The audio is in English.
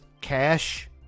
Cash